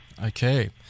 Okay